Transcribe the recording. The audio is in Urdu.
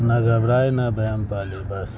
نہ گھبرائے نہ وہم پالے بس